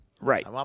Right